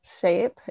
shape